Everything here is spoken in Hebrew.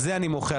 על זה אני מוחה,